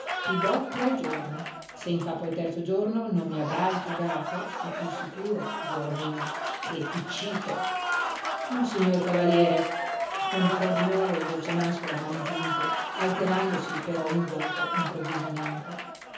ti do tre giorni se in capo al terzo giorno non mi avrai pagato sta pur sicuro figliuolo mio che ti cito ma signor cavaliere scongiurò di nuovo dolcemàscolo a mani giunte alterandosi però in volto improvvisamente